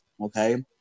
Okay